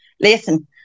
Listen